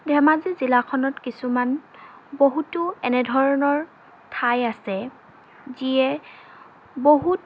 ধেমাজি জিলাখনত কিছুমান বহুতো এনেধৰণৰ ঠাই আছে যিয়ে বহুত